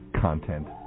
content